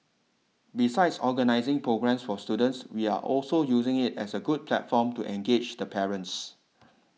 besides organising programmes for students we are also using it as a good platform to engage the parents